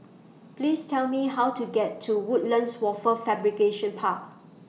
Please Tell Me How to get to Woodlands Wafer Fabrication Park